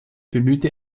bemühte